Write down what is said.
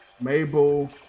Mabel